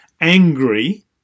angry